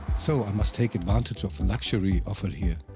so, i must take advantage of the luxury offered here.